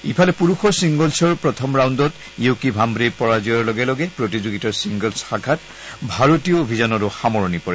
ইফালে পুৰুষৰ ছিংগলছৰ প্ৰথম ৰাউণ্ডত য়ুকী ভান্ত্ৰীৰ পৰাজয়ৰ লগে লগে প্ৰতিযোগিতাৰ ছিংগলছ শাখাত ভাৰতীয় অভিযানৰো সামৰণি পৰে